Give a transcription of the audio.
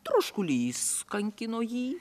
troškulys kankino jį